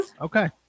Okay